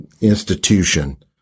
institution